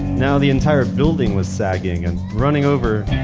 now the entire building was sagging. and running over,